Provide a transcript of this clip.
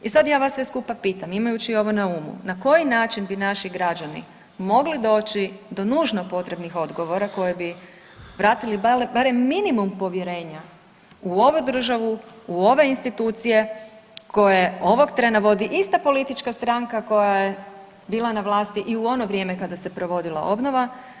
I sad ja vas sve skupa pitam imajući ovo na umu na koji način bi naši građani mogli doći do nužno potrebnih odgovora koji bi vratili barem minimum povjerenje u ovu državu, u ove institucije koje ovog trena vodi ista politička stranka koja je bila na vlasti i u ono vrijeme kada se provodila obnova.